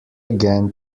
again